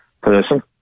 person